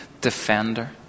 defender